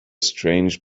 strange